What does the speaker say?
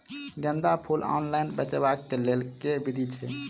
गेंदा फूल ऑनलाइन बेचबाक केँ लेल केँ विधि छैय?